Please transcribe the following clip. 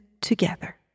together